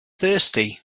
thirsty